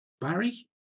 Barry